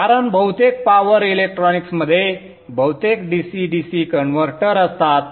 कारण बहुतेक पॉवर इलेक्ट्रॉनिक्समध्ये बहुतेक DC DC कन्व्हर्टर असतात